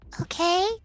Okay